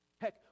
Heck